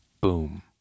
Boom